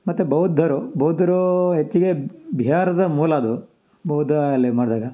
ಮತ್ತು ಬೌದ್ಧರು ಬೌದ್ಧರು ಹೆಚ್ಚಿಗೆ ಬಿಹಾರದ ಮೂಲ ಅದು ಬೌದ್ದ